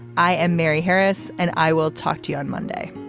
i am mary harris and i will talk to you on monday